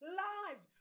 live